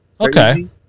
Okay